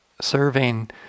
serving